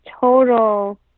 total